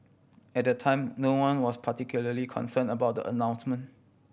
at the time no one was particularly concern about the announcement